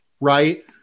right